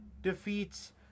defeats